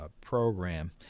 program